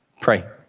Pray